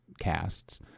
casts